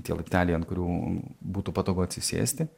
tie laipteliai ant kurių būtų patogu atsisėsti